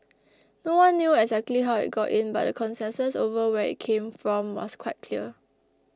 no one knew exactly how it got in but the consensus over where it came from was quite clear